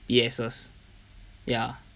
yes ya